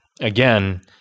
again